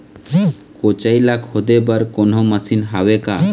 कोचई ला खोदे बर कोन्हो मशीन हावे का?